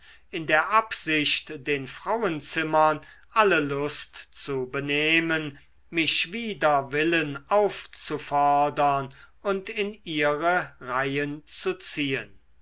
in der absicht den frauenzimmern alle lust zu benehmen mich wider willen aufzufordern und in ihre reihen zu ziehen